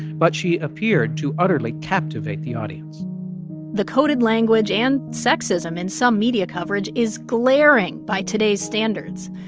but she appeared to utterly captivate the audience the coded language and sexism in some media coverage is glaring by today's standards.